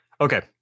Okay